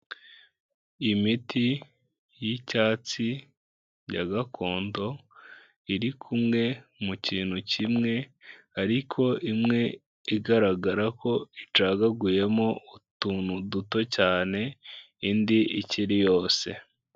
Imiti y'icyatsi ya gakondo iri kumwe mu kintu kimwe, ariko imwe igaragara ko icagaguyemo utuntu duto cyane indi ikiri yose.